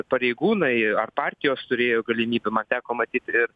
pareigūnai ar partijos turėjo galimybių man teko matyt ir